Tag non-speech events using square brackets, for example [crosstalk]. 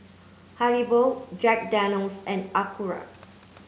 Haribo Jack Daniel's and [unintelligible]